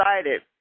excited